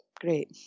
great